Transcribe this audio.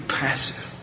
passive